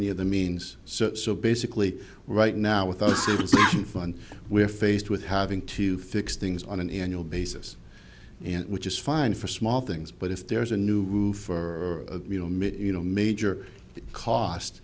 any other means so so basically right now with our fund we're faced with having to fix things on an annual basis which is fine for small things but if there's a new roof or a you know major cost